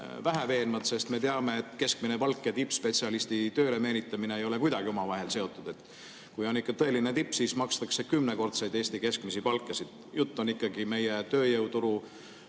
vähe veenvad, sest me teame, et keskmine palk ja tippspetsialisti tööle meelitamine ei ole kuidagi omavahel seotud. Kui on ikka tõeline tipp, siis makstakse kümnekordseid Eesti keskmisi palkasid. Jutt on ikkagi meie tööjõuturu